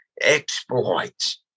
exploits